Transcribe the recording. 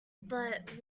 but